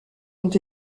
ont